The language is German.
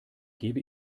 gebe